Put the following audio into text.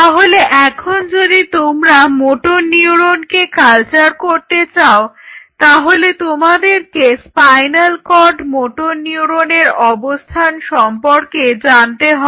তাহলে এখন যদি তোমরা মোটর নিউরনকে কালচার করতে চাও তাহলে তোমাদেরকে স্পাইনাল কর্ড মোটর নিউরনের অবস্থান সম্পর্কে জানতে হবে